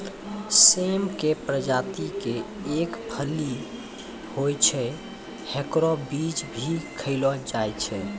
सेम के प्रजाति के एक फली होय छै, हेकरो बीज भी खैलो जाय छै